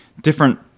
different